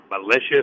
malicious